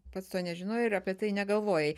pats to nežinojai ir apie tai negalvojai